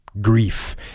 grief